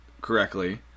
correctly